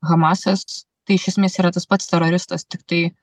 hamasas tai iš esmės yra tas pats teroristas tiktai